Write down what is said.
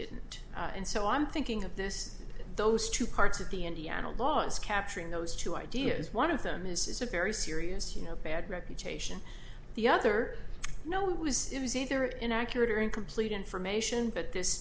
didn't and so i'm thinking of this those two parts of the indiana laws capturing those two ideas one of them is a very serious you know bad reputation the other you know was it was either inaccurate or incomplete information but this